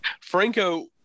franco